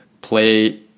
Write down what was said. play